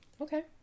okay